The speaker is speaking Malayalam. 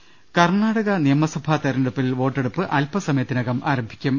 രദേഷ്ടെടു കർണാടക നിയമസഭാ തെരഞ്ഞെടുപ്പിൽ വോട്ടെടുപ്പ് അല്പസമയത്തി നകം ആരംഭിക്കും